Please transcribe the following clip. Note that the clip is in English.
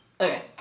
Okay